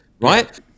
right